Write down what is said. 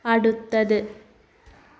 അടുത്തത്